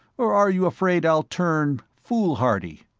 or are you afraid i'll turn foolhardy?